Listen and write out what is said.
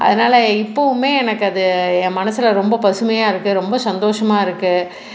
அதனால இப்பவுமே எனக்கு அது என் மனதுல ரொம்ப பசுமையாக இருக்குது ரொம்ப சந்தோஷமாக இருக்குது